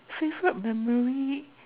favourite memory